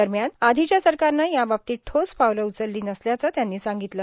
दरम्यान आधीच्या सरकारनं याबाबतीत ठोस पावलं उचलली नसल्याचं त्यांनी सांगितलं